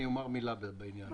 אני אומר מילה בעניין הזה.